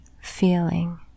feeling